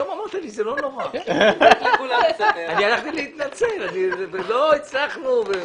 אני הלכתי להתנצל כי לא הצלחנו.